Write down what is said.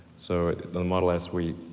so, in the model s we